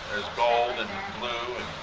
gold and blue.